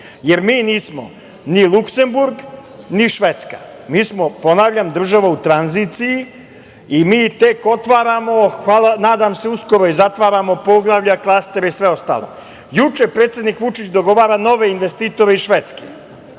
jer mi nismo ni Luksemburg, ni Švedska. Mi smo, ponavljam, država u tranziciji i mi tek otvaramo, nadam se uskoro, i zatvaramo poglavlja, klastere i sve ostalo. Juče predsednik Vučić dogovara nove investitore iz Češke